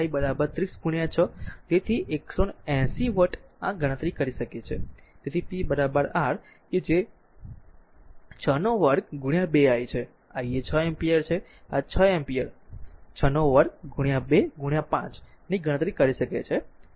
તેથી 180 વોટ આ ગણતરી કરી શકે છે અથવા p R કે જે 62 2 i છે i એ 6 એમ્પીયર છે આ 6 એમ્પીયર 62 2 5 ની ગણતરી કરી છે